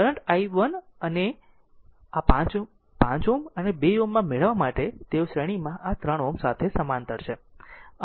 current i1 ને આ 5 Ω અને 2 Ω માં મેળવવા માટે તેઓ શ્રેણીમાં આ 3 Ω સાથે સમાંતર છે